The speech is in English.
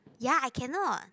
ya I cannot